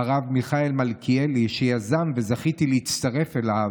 הרב מיכאל מלכיאלי, שיזם, וזכיתי להצטרף אליו,